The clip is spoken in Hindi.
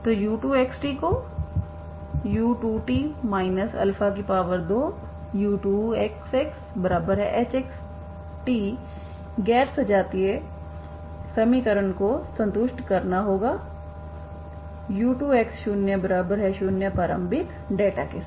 तो u2xt को u2t 2u2xxhxtगैर सजातीय समीकरण को संतुष्ट करना होगा u2x00 प्रारंभिक डेटा के साथ